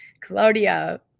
Claudia